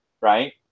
Right